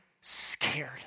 scared